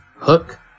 hook